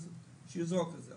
אז שיזרוק את זה,